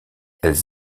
elles